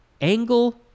angle